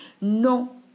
no